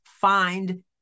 find